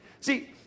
See